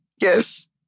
Yes